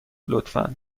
لطفا